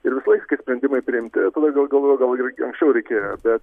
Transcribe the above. ir visąlaiks kai sprendimai priimti tada gal galvoju gal ir anskčiau reikėjo bet